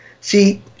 See